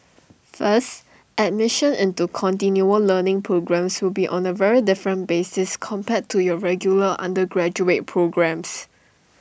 first admission into continual learning programmes will be on A very different basis compared to your regular undergraduate programmes